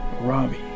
Robbie